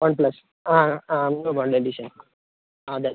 one plus ആ ആ new model edition അതെ